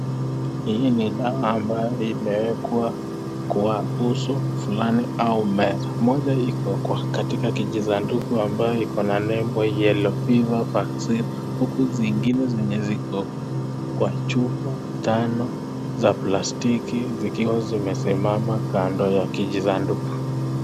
Hii ni dawa ambayo imewekwa kwa uso fulani au meza, moja iko katika kijisanduku ambayo iko na nembo yellow fever vaccine huku zingine zenye ziko kwa chupa tano zote za plastiki zikiwa zimesimama kando ya kijisanduku.